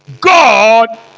God